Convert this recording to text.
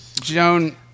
Joan